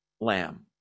lamb